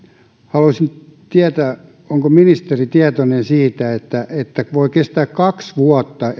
haluaisin tietää onko ministeri tietoinen siitä että että voi kestää kaksi vuotta